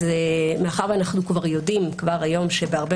אז מאחר ואנחנו יודעים שכבר היום בהרבה